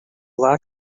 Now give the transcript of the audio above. lack